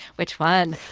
which one?